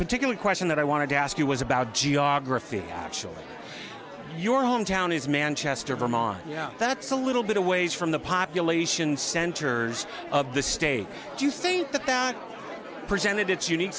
particular question that i wanted to ask you was about geography actually your home town is manchester vermont that's a little bit away from the population centers of the state do you think that that presented its unique